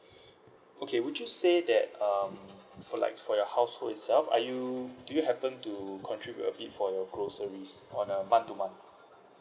okay would you say that um for like for your household itself are you do you happen to contribute a bit for your groceries on a month to month